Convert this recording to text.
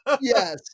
yes